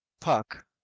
Puck